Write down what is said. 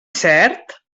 cert